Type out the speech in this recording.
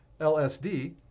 LSD